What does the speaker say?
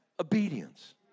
obedience